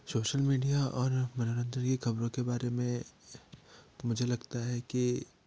social media और मनोरंजन कि खबरों के बारे में मुझे लगता है कि